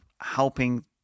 helping